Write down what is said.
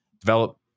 develop